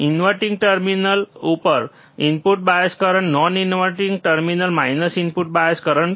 inverting terminal ઉપર input bias current non inverting terminal minus input bias current